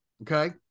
okay